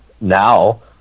now